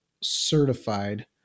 certified